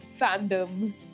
fandom